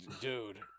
Dude